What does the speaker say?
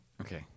Okay